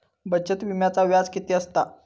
बचत विम्याचा व्याज किती असता?